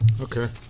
Okay